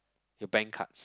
your bank cards